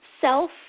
self